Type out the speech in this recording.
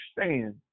understand